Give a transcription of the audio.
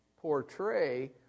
portray